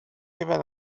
even